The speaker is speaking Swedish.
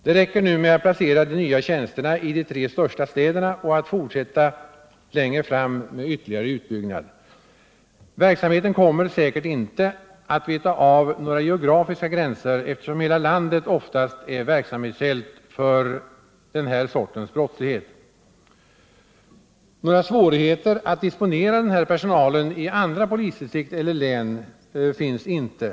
Det räcker nu med att placera de nya tjänsterna i de tre största städerna och att längre fram fortsätta med en ytterligare utbyggnad. Verksamheten kommer säkert inte att veta om några geografiska gränser eftersom hela landet oftast är verksamhetsfält för den här sortens brottslighet. Några svårigheter att disponera personalen i andra polisdistrikt eller län finns inte.